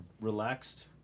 relaxed